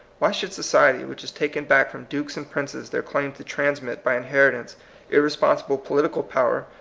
why should society which has taken back from dukes and princes their claim to transmit by inheritance irre sponsible political power,